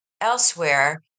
Elsewhere